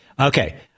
Okay